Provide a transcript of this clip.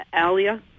Alia